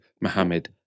Mohammed